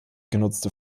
genutzte